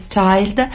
Child